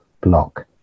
block